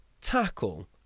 tackle